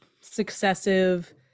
successive